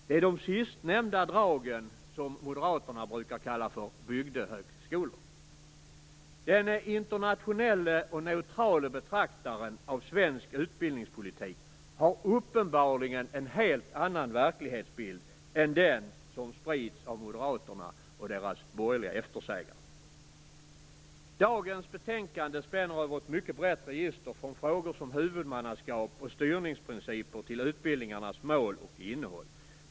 Det är de sistnämnda dragen som moderaterna brukar kalla för bygdehögskolor. Den internationelle och neutrale betraktaren av svensk utbildningspolitik har uppenbarligen en helt annan verklighetsbild än den som sprids av moderaterna och deras borgerliga eftersägare. Dagens betänkande spänner över ett mycket brett register från frågor som huvudmannaskap och styrningsprinciper till utbildningarnas mål och innehåll.